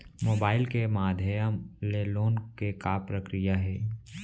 Mobile के माधयम ले लोन के का प्रक्रिया हे?